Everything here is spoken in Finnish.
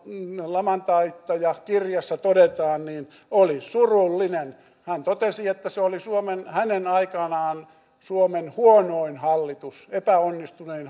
laman taittaja kirjassa todetaan surullinen hän totesi että se oli hänen aikanaan suomen huonoin hallitus epäonnistunein